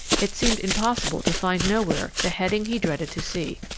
it seemed impossible to find nowhere the heading he dreaded to see,